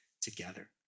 together